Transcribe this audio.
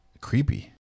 Creepy